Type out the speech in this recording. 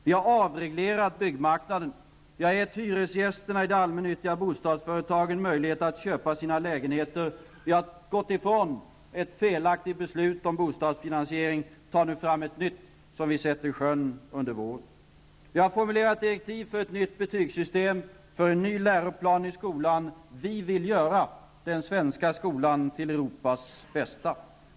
Vi har avreglerat byggmarknaden och gett hyresgästerna i de allmännyttiga bostadsföretagen möjlighet att köpa sina lägenheter. Vi har gått ifrån ett felaktigt beslut om bostadsfinansiering och tar nu fram ett nytt som vi sätter i sjön under våren. Vi har formulerat direktiv för ett nytt betygssystem och för en ny läroplan i skolan. Vi vill göra den svenska skolan till Europas bästa.